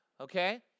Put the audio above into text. Okay